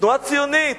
תנועה ציונית,